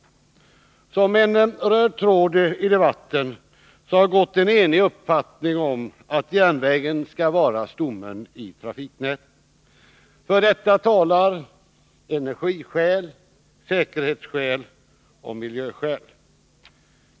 Som en röd tråd i debatten har gått en enig uppfattning om att järnvägen skall vara stommen i trafiknätet. För detta talar energiskäl, säkerhetsskäl och miljöskäl.